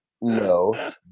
No